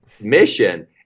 mission